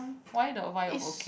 why the wife okay